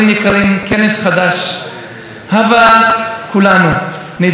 מחלוקת זה כל כך חשוב בעם ישראל,